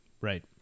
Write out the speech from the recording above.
Right